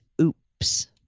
oops